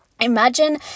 Imagine